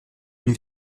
une